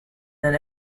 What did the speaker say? then